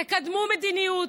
תקדמו מדיניות,